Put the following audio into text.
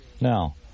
Now